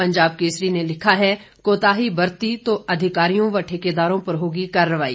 पंजाब केसरी ने लिखा है कोताही बरती तो अधिकारियों व ठेकेदारों पर होगी कार्रवाई